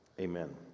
Amen